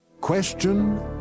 Question